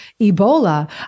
Ebola